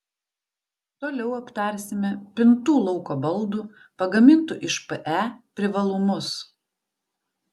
toliau aptarsime pintų lauko baldų pagamintų iš pe privalumus